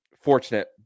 fortunate